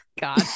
God